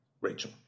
Rachel